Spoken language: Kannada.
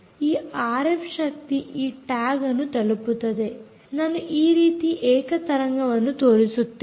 ಆ ಆರ್ಎಫ್ ಶಕ್ತಿ ಈ ಟ್ಯಾಗ್ ಅನ್ನು ತಲುಪುತ್ತದೆ ನಾನು ಈ ರೀತಿ ಏಕ ತರಂಗವನ್ನು ತೋರಿಸುತ್ತೇನೆ